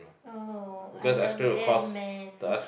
oh I love that man